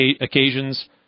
occasions